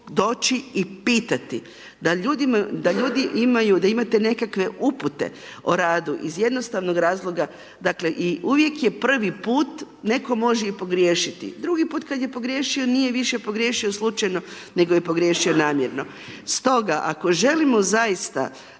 doći i pitati, da ljudi imaju, da imate nekakve upute o radu iz jednostavnog razloga, dakle, i uvijek je prvi put, netko može i pogriješiti, drugi put kad je pogriješio, nije više pogriješio slučajno nego je pogriješio namjerno. Stoga ako želimo zaista